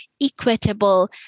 equitable